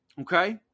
Okay